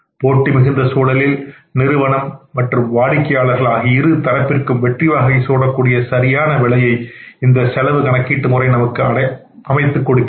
போட்டி மிகுந்த சூழலில் நிறுவனம் மற்றும் வாடிக்கையாளர் ஆகிய இரு தரப்பிற்கும் வெற்றி வாகை சூடக்கூடிய சரியான விலையை இந்த செலவு என கணக்கிட்டு முறை நமக்கு அமைத்துக் கொடுக்கின்றது